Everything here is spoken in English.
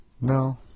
No